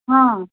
हा